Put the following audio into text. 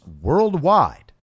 worldwide